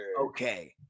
okay